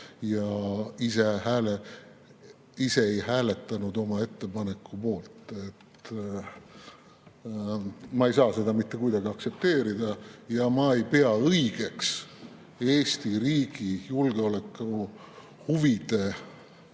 ja ise ei hääletanud oma ettepaneku poolt. Ma ei saa seda mitte kuidagi aktsepteerida. Ma ei pea õigeks Eesti riigi julgeolekuhuvide